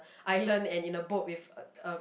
island and in a boat with a a